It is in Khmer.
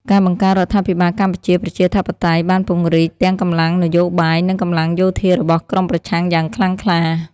ការបង្កើតរដ្ឋាភិបាលកម្ពុជាប្រជាធិបតេយ្យ បានពង្រឹងទាំងកម្លាំងនយោបាយ និងកម្លាំងយោធារបស់ក្រុមប្រឆាំងយ៉ាងខ្លាំងក្លា។